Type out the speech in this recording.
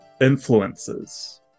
influences